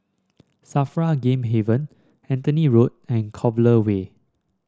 Safra Game Haven Anthony Road and Clover Way